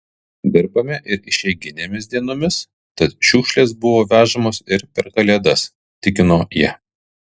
dirbame ir išeiginėmis dienomis tad šiukšlės buvo vežamos ir per kalėdas tikino ji